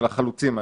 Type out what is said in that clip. של החלוצים האלה.